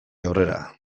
aurrera